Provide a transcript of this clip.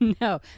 No